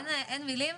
אין מילים,